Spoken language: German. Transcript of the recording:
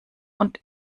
und